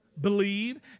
Believe